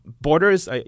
borders